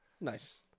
Nice